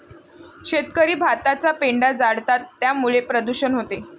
शेतकरी भाताचा पेंढा जाळतात त्यामुळे प्रदूषण होते